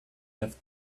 have